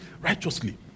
righteously